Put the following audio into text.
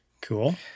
Cool